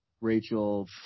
Rachel